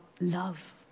love